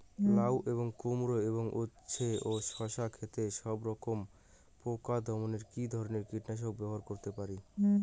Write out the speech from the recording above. লাউ এবং কুমড়ো এবং উচ্ছে ও শসা ক্ষেতে সবরকম পোকা দমনে কী ধরনের কীটনাশক ব্যবহার করতে পারি?